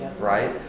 right